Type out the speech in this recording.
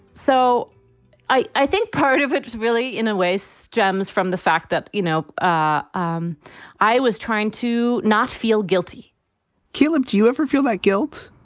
so i i think part of it is really in a way stems from the fact that, you know, ah um i i was trying to not feel guilty q do you ever feel like guilt?